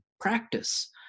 practice